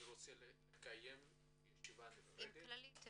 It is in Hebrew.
אני רוצה שנקיים ישיבה נפרדת עם קופת חולים כללית,